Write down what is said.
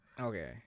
Okay